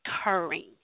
occurring